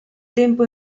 tempo